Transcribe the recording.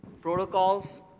protocols